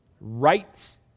rights